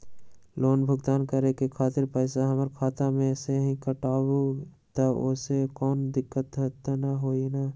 Loan भुगतान करे के खातिर पैसा हमर खाता में से ही काटबहु त ओसे कौनो दिक्कत त न होई न?